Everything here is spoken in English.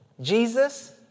Jesus